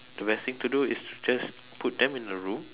the best thing to do is just put them in a room